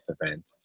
event